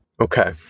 okay